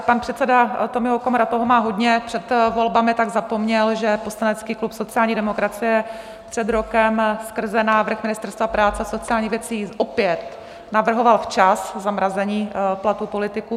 Pan předseda Tomio Okamura toho má hodně před volbami, tak zapomněl, že poslanecký klub sociální demokracie před rokem skrze návrh Ministerstva práce a sociálních věcí opět navrhoval včas zamrazení platů politiků.